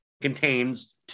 contains